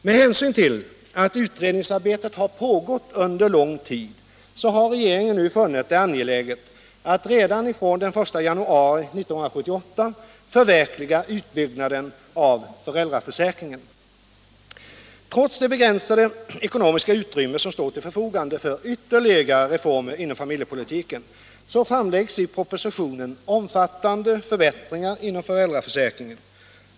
Med hänsyn till att utredningsarbetet pågått under lång tid har regeringen funnit det angeläget att redan fr.o.m. den 1 januari 1978 förverkliga utbyggnaden av föräldraförsäkringen. Trots det begränsade ekonomiska utrymme som står till förfogande för ytterligare reformer inom familjepolitiken framläggs i propositionen omfattande förbättringar inom föräldraförsäkringen.